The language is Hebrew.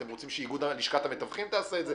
אתם רוצים שלשכת המתווכים תעשה את זה